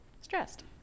Stressed